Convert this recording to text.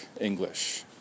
English